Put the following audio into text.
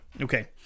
Okay